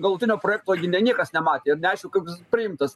galutinio projekto gi ne niekas nematė ir neaišku koks bus priimtas